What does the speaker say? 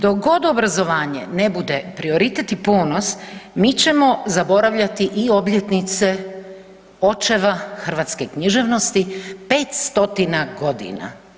Dok god obrazovanje ne bude prioritet i ponos, mi ćemo zaboravljati i obljetnice očeva hrvatske književnosti 5 stotina godina.